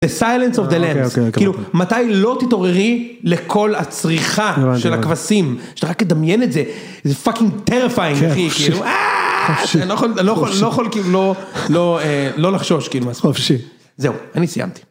is the silence of the lambs, כאילו, מתי לא תתעוררי לכל הצריחה של הכבשים, שאתה רק מתדמיין את זה, זה fucking tariffing, אתה לא יכול לא לחשוש, חופשי, זה אני סיימתי